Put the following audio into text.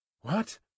What